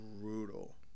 brutal